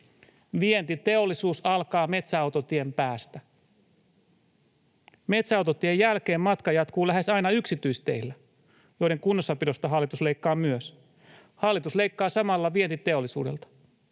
Vientiteollisuus alkaa metsäautotien päästä. Metsäautotien jälkeen matka jatkuu lähes aina yksityisteillä, joiden kunnossapidosta hallitus leikkaa myös. Hallitus leikkaa samalla vientiteollisuudelta.